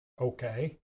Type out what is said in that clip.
okay